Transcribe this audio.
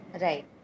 Right